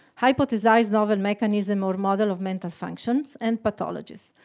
hypothesized novel mechanisms or model of mental functions and pathologies.